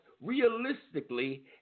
realistically